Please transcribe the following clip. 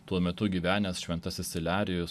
tuo metu gyvenęs šventasis silerijus